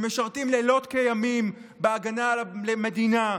שמשרתים לילות כימים בהגנה על המדינה,